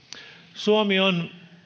suomi on